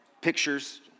pictures